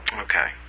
Okay